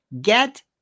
get